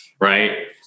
right